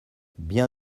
bien